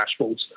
dashboards